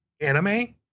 anime